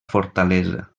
fortalesa